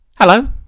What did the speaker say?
Hello